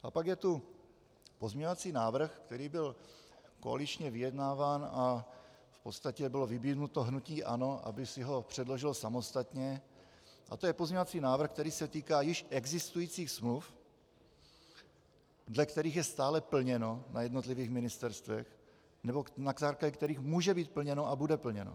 A pak je tu pozměňovací návrh, který byl koaličně vyjednáván a v podstatě bylo vybídnuto hnutí ANO, aby si ho předložilo samostatně, a to je pozměňovací návrh, který se týká již existujících smluv, dle kterých je stále plněno na jednotlivých ministerstvech, nebo na základě kterých může být plněno a bude plněno.